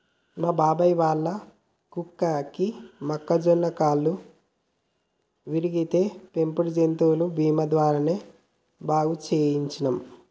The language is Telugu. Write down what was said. మా బాబాయ్ వాళ్ళ కుక్కకి మొన్న కాలు విరిగితే పెంపుడు జంతువుల బీమా ద్వారానే బాగు చేయించనం